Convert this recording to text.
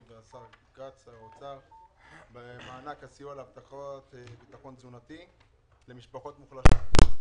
ושר האוצר כץ במענק הסיוע להבטחת ביטחון תזונתי למשפחות מוחלשות.